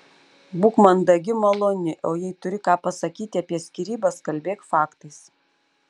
būk mandagi maloni o jei turi ką pasakyti apie skyrybas kalbėk faktais